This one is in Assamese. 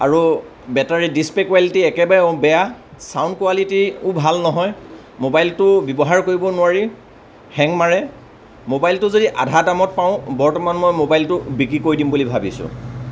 আৰু বেটাৰী ডিচপ্লে কোৱালিটী একেবাৰে বেয়া চাউণ্ড কোৱালিটীও ভাল নহয় মোবাইলটো ব্যৱহাৰ কৰিব নোৱাৰি হেং মাৰে মোবাইলটো যদি আধা দামত পাওঁ বৰ্তমান মই মোবাইলটো বিক্ৰী কৰি দিম বুলি ভাবিছোঁ